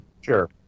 Sure